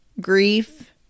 grief